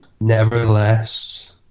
nevertheless